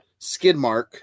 Skidmark